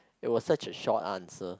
it was such a short answer